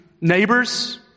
neighbors